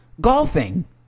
golfing